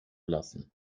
lassen